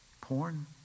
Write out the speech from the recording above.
porn